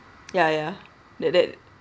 ya ya that that